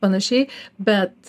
panašiai bet